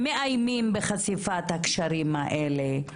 מאיימים בחשיפת הקשרים האלה,